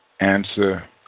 answer